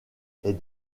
est